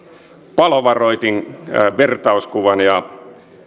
palovaroitin vertauskuvan ja